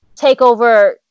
takeover